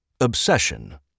Obsession